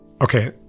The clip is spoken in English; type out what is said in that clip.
Okay